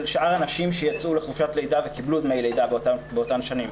שאר הנשים שיצאו לחופשת לידה וקיבלו דמי לידה באותן שנים.